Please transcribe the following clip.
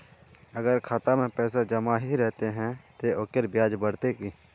अगर खाता में पैसा जमा ही रहते ते ओकर ब्याज बढ़ते की?